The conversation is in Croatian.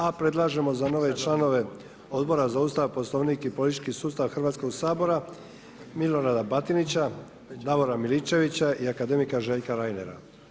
A predlažemo za nove članove Odbora za Ustav, Poslovnik i politički sustav Hrvatskog sabora Milorada Batinića, Davora Miličevića i akademika Željka Reinera.